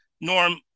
Norm